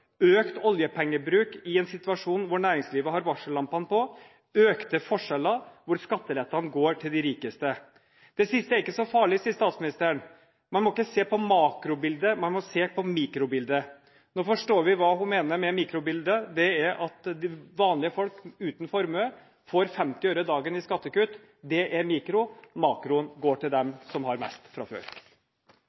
økt oljepengebruk i en situasjon hvor næringslivet har varsellampene på og økte forskjeller hvor skattelettelsene går til de rikeste. Det siste er ikke så farlig, sier statsministeren – man må ikke se på makrobildet, man må se på mikrobildet. Nå forstår vi hva hun mener med mikrobildet. Det er at vanlige folk uten formue får 50 øre dagen i skattekutt – det er mikro. Makroen går til dem som har mest fra før.